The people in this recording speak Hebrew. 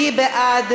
מי בעד?